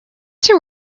too